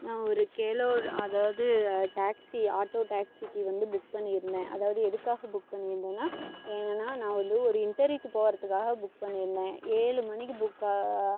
நான் ஒரு கேலோவில அதாவது டேக்சி ஆட்டோ டேக்சிக்கு வந்து புக் பண்ணியிருந்தேன் அதாவது எதுக்காக புக் பண்ணியிருந்தேன்னா ஏங்க அண்ணா நான் வந்து ஒரு இண்டர்வியூக்கு போகறதுக்காக புக் பண்ணியிருந்தேன் ஏழு மணிக்கு புக்காக